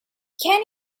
can